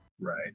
Right